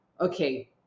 okay